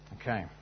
Okay